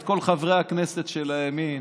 את כל חברי הכנסת של הימין,